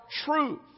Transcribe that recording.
truth